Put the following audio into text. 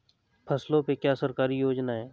फसलों पे क्या सरकारी योजना है?